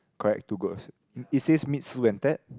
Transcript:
correct two goats it says meet Sue and Ted